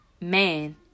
Man